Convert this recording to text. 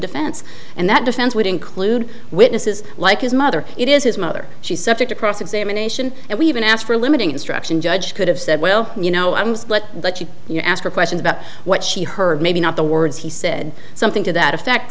defense and that defense would include witnesses like his mother it is his mother she's subject to cross examination and we even asked for limiting instruction judge could have said well you know i'm split but she you asked her questions about what she heard maybe not the words he said something to that effect